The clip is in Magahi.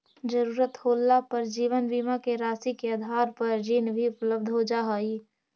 ज़रूरत होला पर जीवन बीमा के राशि के आधार पर ऋण भी उपलब्ध हो जा हई